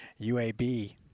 UAB